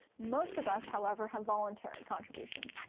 most of us, however, have voluntary contributions.